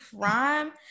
crime